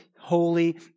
holy